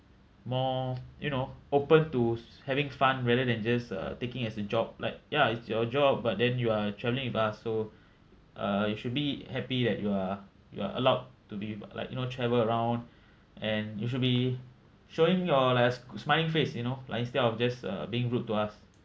more you know open to having fun rather than just uh taking as a job like ya it's your job but then you are travelling with us so uh you should be happy that you are you are allowed to be like you know travel around and you should be showing your like a smiling face you know like instead of just uh being rude to us